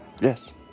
Yes